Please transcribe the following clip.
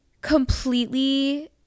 completely